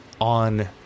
on